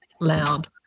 loud